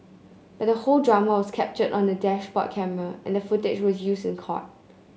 but the whole drama was captured on a dashboard camera and the footage was used in court